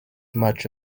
much